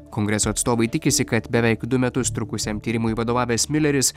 kongreso atstovai tikisi kad beveik du metus trukusiam tyrimui vadovavęs miuleris